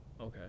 Okay